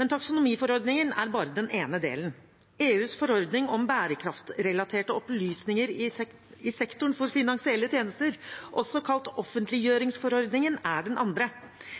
Men taksonomiforordningen er bare den ene delen. EUs forordning om bærekraftsrelaterte opplysninger i sektoren for finansielle tjenester, også kalt offentliggjøringsforordningen, er den andre.